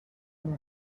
amb